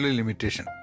limitation